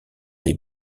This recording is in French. les